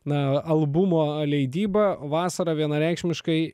na albumo leidybą vasarą vienareikšmiškai